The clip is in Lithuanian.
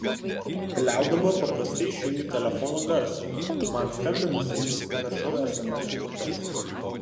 keliaudama paprastai išjungiu telefono garsą man skambinusiems rašau sms žinutes